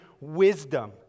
wisdom